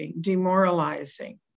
demoralizing